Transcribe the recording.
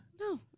No